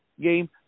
game